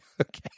Okay